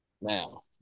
Now, –